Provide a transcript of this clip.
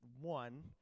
one